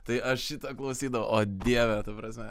tai aš šitą klausydavau o dieve ta prasme